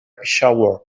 peshawar